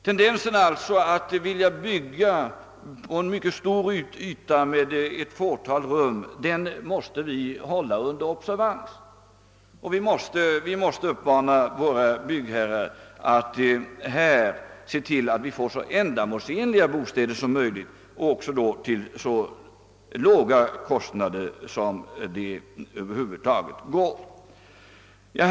Tendensen att bygga lägenheter med stor bostadsyta men med ett fåtal rum måste vi sålunda hålla under observans, och vi måste uppmana våra byggherrar att se till att vi får så ändamålsenliga bostäder som möjligt till så låga kostnader som det över huvud taget går ati bygga för.